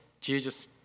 Jesus